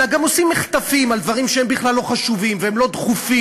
אלא גם עושים מחטפים על דברים שהם בכלל לא חשובים והם לא דחופים,